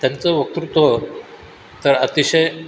त्यांचं वक्तृत्व तर अतिशय